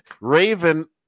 Raven